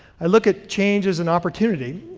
i look at changes and opportunity.